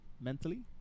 Mentally